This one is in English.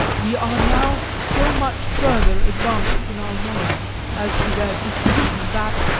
we are now so much further advanced in our knowledge as to their disposition that,